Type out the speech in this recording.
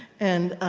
and